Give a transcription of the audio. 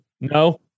No